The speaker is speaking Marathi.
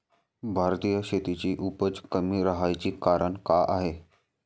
भारतीय शेतीची उपज कमी राहाची कारन का हाय?